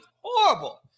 horrible